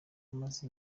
amaze